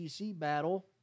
battle